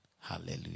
Hallelujah